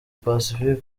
pacifique